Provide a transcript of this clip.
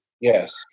Yes